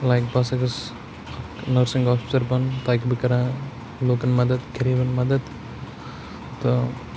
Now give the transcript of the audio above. like بہٕ ہَسا گوٚژھ نٔرسِنٛگ آفِسَر بَنُن تاکہِ بہٕ کَرٕہا لوٗکَن مَدَت غریٖبَن مَدَت تہٕ